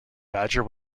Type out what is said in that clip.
badger